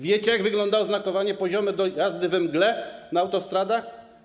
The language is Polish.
Wiecie, jak wygląda oznakowanie poziome do jazdy we mgle na autostradach?